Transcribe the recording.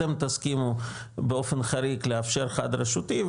אתם תסכימו באופן חריג לאפשר חד-רשותי,